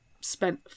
spent